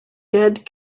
dead